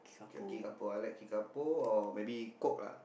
K Kickapoo I like Kickapoo or maybe Coke lah